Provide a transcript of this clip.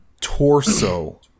torso